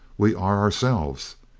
we are ourselves.